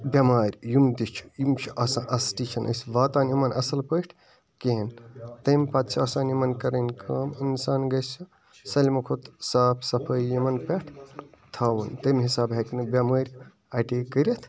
بیٚمارِ یِم تہِ چھِ یِم چھِ آسان اَصلی چھِنہٕ أسۍ واتان یمَن اصٕل پٲٹھۍ کِہیٖنۍ تَمہِ پَتہٕ چھِ آسان یِمَن کَرٕنۍ کٲم اِنسان گَژھہِ سٲلمو کھۄتہٕ صاف صَفٲی یِمَن پٮ۪ٹھ تھاوُن تَمہِ حِساب ہیٚکہِ نہٕ بیٚمٲرۍ اَٹیک کَرِتھ